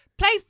Play